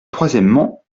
troisièmement